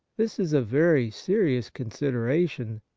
this is a very serious considera tion,